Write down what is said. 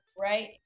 Right